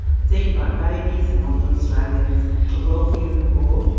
it's eaten by babies and older australians, the wealthy and the poor,